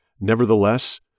Nevertheless